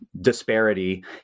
disparity